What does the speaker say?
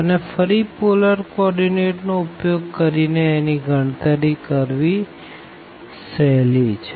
અને ફરી polar coordinate નો ઉપયોગ કરી ને આની ગણતરી કરવી ગણી સહેલી છે